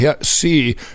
see